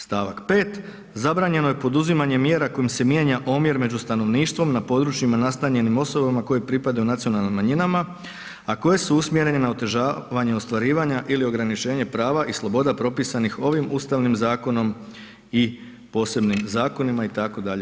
Stavak 4., zabranjeno je poduzimanje mjera kojim se mijenja omjer među stanovništvom na područjima nastanjenim osobama koje pripadaju nacionalnim manjinama a koje su usmjeravanje na otežavanje ostvarivanja ili ograničenje prava i sloboda propisanih ovim ustavnim zakonom i posebnim zakonima itd.